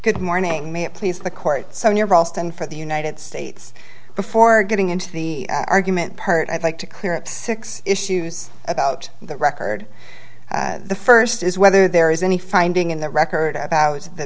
good morning may it please the court so near boston for the united states before getting into the argument part i'd like to clear up six issues about the record the first is whether there is any finding in the record about the